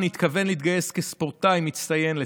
התכוון להתגייס כספורטאי מצטיין לצה"ל.